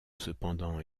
cependant